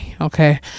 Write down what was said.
okay